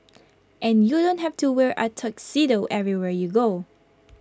and you don't have to wear A tuxedo everywhere you go